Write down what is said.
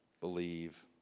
believe